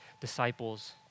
disciples